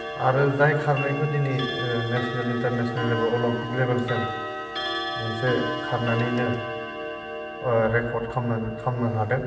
आरो जाय खारनायखौ दिनै नेसनेल इन्टारनेसनेल लेबेल अलिम्पिक लेबेलसिम मोनसे खारनानैनो रेकर्ड खालामनो हादों